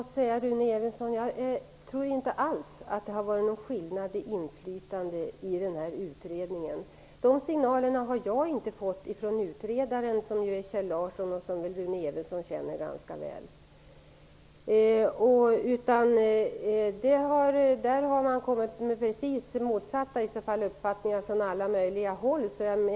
Herr talman! Jag tror inte alls att det har varit någon skillnad i fråga om inflytandet i utredningen. Jag har inte fått några sådana signaler från utredaren Kjell Larsson, som Rune Evensson känner ganska väl. Man har snarare kommit med direkt motsatta uppfattningar från alla möjliga håll.